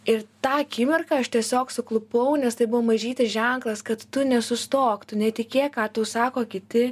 ir tą akimirką aš tiesiog suklupau nes tai buvo mažytis ženklas kad tu nesustok tu netikėk ką tau sako kiti